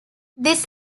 this